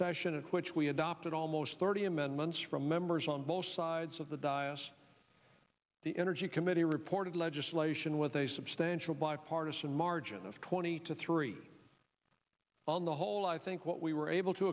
session in which we adopted almost thirty amendments from members on both sides of the dyess the energy committee reported legislation with a substantial bipartisan margin of twenty to three on the whole i think what we were able to